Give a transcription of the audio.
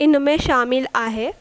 इन में शामिलु आहे